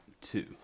two